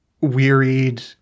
wearied